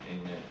Amen